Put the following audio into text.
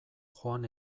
joan